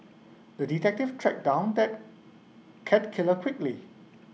the detective tracked down that cat killer quickly